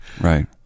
Right